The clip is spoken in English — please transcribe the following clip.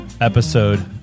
episode